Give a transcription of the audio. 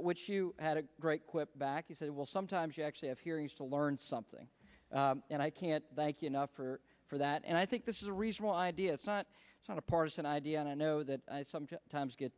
which you had a great quip back he said well sometimes you actually have hearings to learn something and i can't thank you enough for for that and i think this is a regional idea it's not it's not a partisan idea and i know that some times get